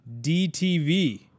DTV